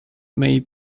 may